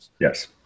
Yes